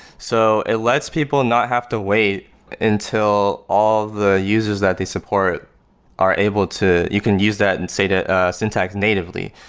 so it lets people and not have to wait until all the users that they support are able to you can use that and state a syntax natively.